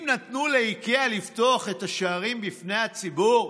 אם נתנו לאיקאה לפתוח את השערים בפני הציבור,